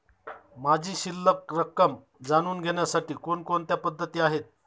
माझी शिल्लक रक्कम जाणून घेण्यासाठी कोणकोणत्या पद्धती आहेत?